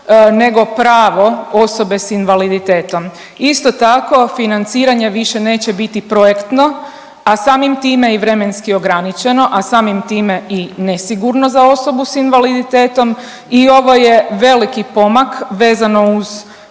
nego pravo osobe s invaliditetom. Isto tako financiranje više neće biti projektno, a samim time i vremenski ograničeno, a samim time i nesigurno za osobu s invaliditetom. I ovo je veliki pomak vezano uz